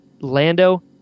Lando